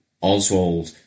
Oswald